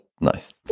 Nice